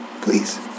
Please